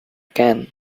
can